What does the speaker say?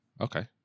Okay